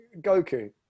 Goku